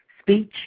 speech